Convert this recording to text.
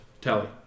Tally